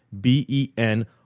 B-E-N